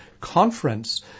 conference